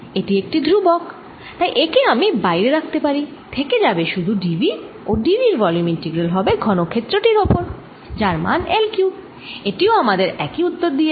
এটি একটি ধ্রুবক তাই একে আমি বাইরে রাখতে পারি থেকে যাবে শুধু d v ও d v র ভলিউম ইন্টিগ্রাল হবে ঘনক্ষেত্র টির ওপর যার মান L কিউব এটি ও আমাদের একই উত্তর দিয়েছে